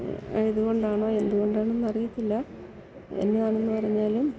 ഏതു കൊണ്ടാണോ എന്തു കൊണ്ടാണന്നറിയത്തില്ല എന്നതാണെന്നു പറഞ്ഞാലും